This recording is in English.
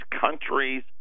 countries